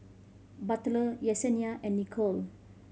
Butler Yesenia and Nichole